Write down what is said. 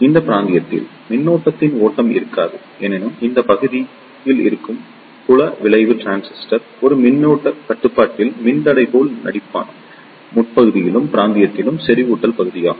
இந்த பிராந்தியத்தில் மின்னோட்டத்தின் ஓட்டம் இருக்காது எனினும் இந்தப் பகுதியில் இருக்கும் புல விளைவு டிரான்சிஸ்டர் ஒரு மின்னழுத்த கட்டுப்பாட்டில் மின்தடை போல் நடிப்பேன் முற்பகுதியிலும் இப்பிரதேசத்தில் செறிவூட்டல் பகுதியாகும்